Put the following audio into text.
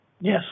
Yes